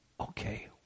okay